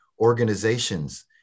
organizations